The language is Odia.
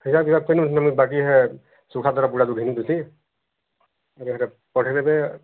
ପଠେଇ ଦେବେ